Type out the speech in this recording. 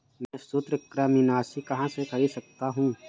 मैं सूत्रकृमिनाशी कहाँ से खरीद सकता हूँ?